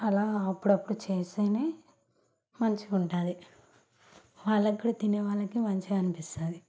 అలా అప్పుడప్పుడు చేస్తేనే మంచిగా ఉంటుంది వాళ్ళకు కూడా తినే వాళ్ళకి మంచిగా అనిపిస్తుంది